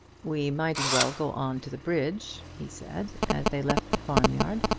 we might as well go on to the bridge, he said, as they left the farm-yard.